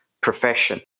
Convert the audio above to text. profession